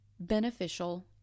beneficial